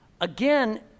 Again